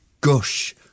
gush